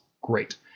Great